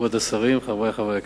כבוד השרים, חברי חברי הכנסת,